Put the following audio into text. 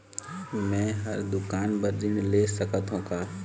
मैं हर दुकान बर ऋण ले सकथों का?